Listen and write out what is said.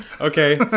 okay